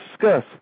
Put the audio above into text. discuss